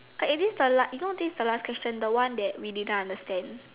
is this the last you know this is the last question the one that we didn't understand